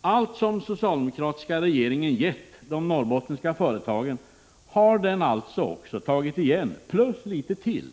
Allt som den socialdemokratiska regeringen har gett de norrbottniska företagen har den alltså tagit igen, plus litet till.